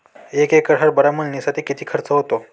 एक एकर हरभरा मळणीसाठी किती खर्च होतो?